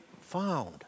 found